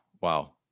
wow